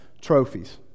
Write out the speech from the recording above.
trophies